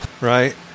right